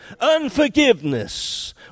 Unforgiveness